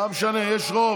לא משנה, יש רוב